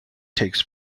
takes